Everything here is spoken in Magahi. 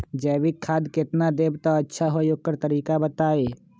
जैविक खाद केतना देब त अच्छा होइ ओकर तरीका बताई?